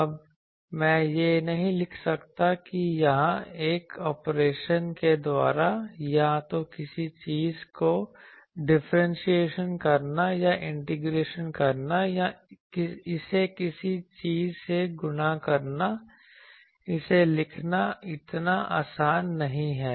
अब मैं यह नहीं लिख सकता कि यहाँ कुछ ऑपरेशन के द्वारा या तो किसी चीज़ को डिफरेंटशिएशन करना या इंटीग्रेशन करना या इसे किसी चीज़ से गुणा करना इसे लिखना इतना आसान नहीं है